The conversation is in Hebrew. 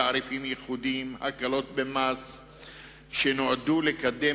תעריפים ייחודיים והקלות מס שנועדו לקדם